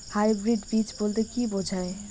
Hybrid বীজ বলতে কী বোঝায়?